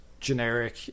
generic